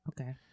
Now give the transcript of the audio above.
okay